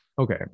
Okay